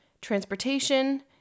transportation